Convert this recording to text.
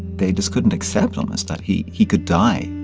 they just couldn't accept almost that he he could die.